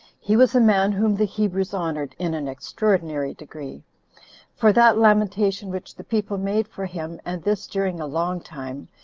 he was a man whom the hebrews honored in an extraordinary degree for that lamentation which the people made for him, and this during a long time,